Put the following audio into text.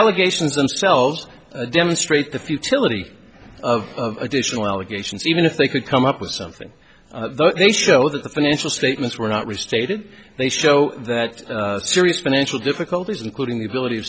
allegations themselves demonstrate the futility of additional allegations even if they could come up with something they show that the financial statements were not restated they show that serious financial difficulties including the ability